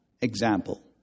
example